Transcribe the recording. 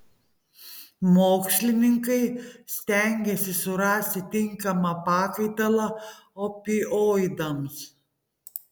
mokslininkai stengiasi surasti tinkamą pakaitalą opioidams